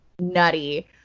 nutty